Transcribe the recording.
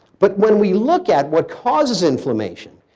but when we look at what causes inflammation,